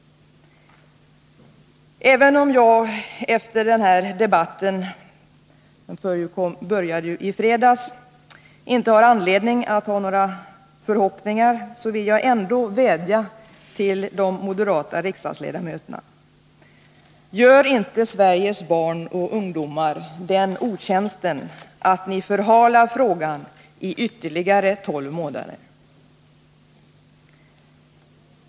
Även om jag efter den här debatten — som ju påbörjades i fredags inte har anledning att ha några förhoppningar vill jag ändå vädja till de moderata riksdagsledamöterna: Gör inte Sveriges barn och ungdomar den otjänsten att frågan förhalas i ytterligare tolv månader!